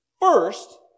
first